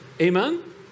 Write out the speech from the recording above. amen